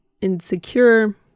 insecure